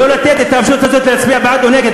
לא לתת את הרשות הזאת להצביע בעד או נגד.